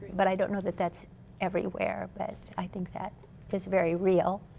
but i don't know that that's everywhere. but i think that is very real.